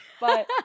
But-